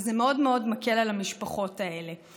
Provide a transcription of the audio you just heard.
וזה מאוד מאוד מקל על המשפחות האלה.